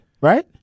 right